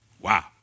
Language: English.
Wow